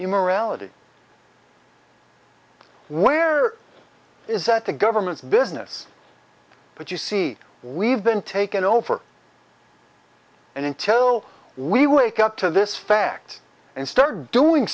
reality where is that the government's business but you see we've been taken over and until we wake up to this fact and start doing